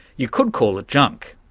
you could call it junk.